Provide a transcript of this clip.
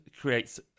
creates